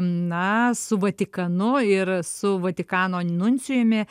na su vatikanu ir su vatikano nuncijumi